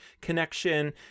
connection